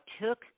took